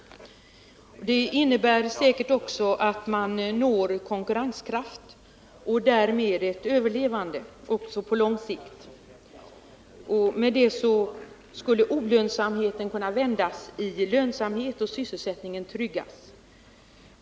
Det innebär säkert också att man uppnår konkurrenskraft och därmed ett överlevande på lång sikt. Därmed skulle olönsamheten kunna vändas i lönsamhet och sysselsättningen tryggas.